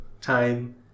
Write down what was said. time